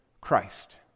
Christ